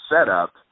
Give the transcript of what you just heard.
setup